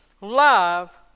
love